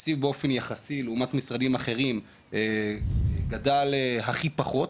התקציב באופן יחסי לעומת משרדים אחרים גדל הכי פחות